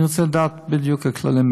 אני רוצה לדעת בדיוק את הכללים,